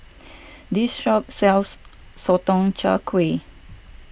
this shop sells Sotong Char Kway